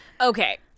Okay